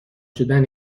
شدن